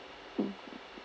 mm